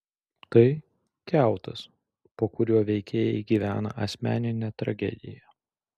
tai kiautas po kuriuo veikėjai gyvena asmeninę tragediją